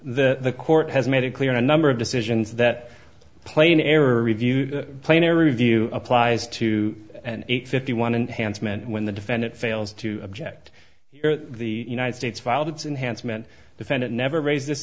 the court has made it clear in a number of decisions that plane error review plane or review applies to an eight fifty one enhanced meant when the defendant failed to object the united states filed its enhanced meant defendant never raised this